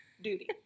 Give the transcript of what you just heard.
Duty